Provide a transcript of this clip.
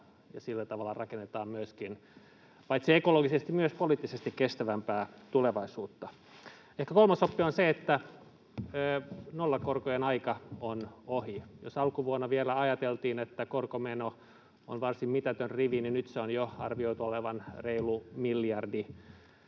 ja sillä tavalla rakennetaan myöskin paitsi ekologisesti myös poliittisesti kestävämpää tulevaisuutta. Ehkä kolmas oppi on se, että nollakorkojen aika on ohi. Jos alkuvuonna vielä ajateltiin, että korkomeno on varsin mitätön rivi, niin nyt sen on jo arvioitu olevan reilu miljardi.